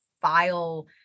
file